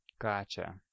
Gotcha